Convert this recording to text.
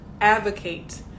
advocate